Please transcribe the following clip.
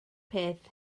peth